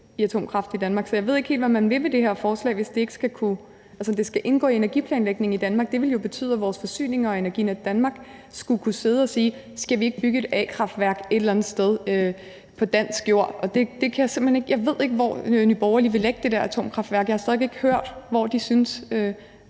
i atomkraft i Danmark. Så jeg ved ikke helt, hvad man vil med det her forslag. For hvis det skal indgå i energiplanlægningen i Danmark, vil det jo betyde, at vores forsyning og Energinet Danmark skulle kunne sidde og sige: Skal vi ikke bygge et a-kraftværk et eller andet sted på dansk jord? Og jeg ved ikke, hvor Nye Borgerlige vil lægge det der atomkraftværk. Jeg har stadig væk ikke hørt, hvor de synes